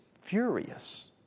furious